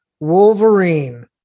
Wolverine